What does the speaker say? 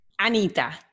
Anita